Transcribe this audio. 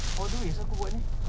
nipis